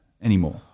anymore